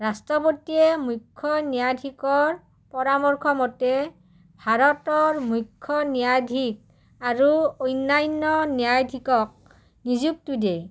ৰাষ্ট্ৰপতিয়ে মুখ্য ন্যায়াধীশৰ পৰামৰ্শমতে ভাৰতৰ মুখ্য ন্যায়াধীশ আৰু অন্যান্য ন্যায়াধীশক নিযুক্তি দিয়ে